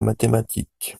mathématique